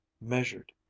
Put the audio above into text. measured